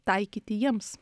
taikyti jiems